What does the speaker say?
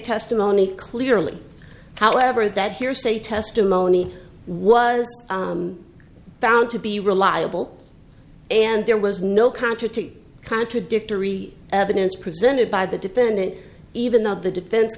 testimony clearly however that hearsay testimony was found to be reliable and there was no counter to contradictory evidence presented by the defendant even though the defense